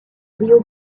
rio